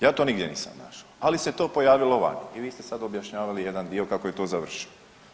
Ja to nigdje nisam našao, ali se to pojavilo vani i vi ste sad objašnjavali jedan dio kako je to završilo.